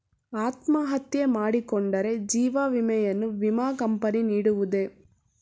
ಅತ್ಮಹತ್ಯೆ ಮಾಡಿಕೊಂಡರೆ ಜೀವ ವಿಮೆಯನ್ನು ವಿಮಾ ಕಂಪನಿ ನೀಡುವುದೇ?